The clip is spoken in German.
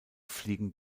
fliegen